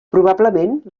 probablement